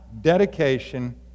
dedication